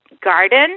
garden